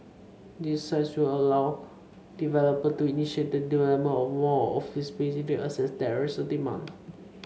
these sites will allow developer to initiate the development of more office space if they assess that there is demand